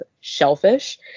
shellfish